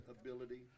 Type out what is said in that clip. Ability